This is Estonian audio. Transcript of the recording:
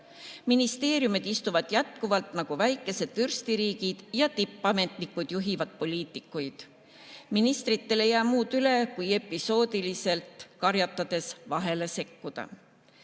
ministeeriumid istuvad jätkuvalt nagu väikesed vürstiriigid ja tippametnikud juhivad poliitikuid. Ministritel ei jää üle muud, kui episoodiliselt karjatades sekkuda.